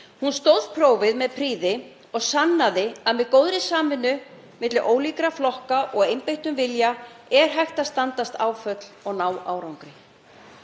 Hún stóðst prófið með prýði og sannaði að með góðri samvinnu ólíkra flokka og einbeittum vilja er hægt að standast áföll og ná árangri.